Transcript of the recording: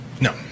No